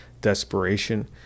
desperation